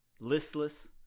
Listless